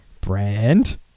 Brand